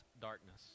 darkness